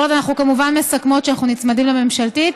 כל עוד אנחנו כמובן מסכמות שאנחנו נצמדים לממשלתית.